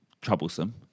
troublesome